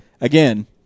again